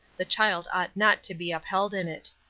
the child ought not to be upheld in it.